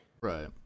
right